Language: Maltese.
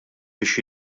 biex